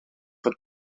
fod